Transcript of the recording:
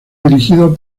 dirigido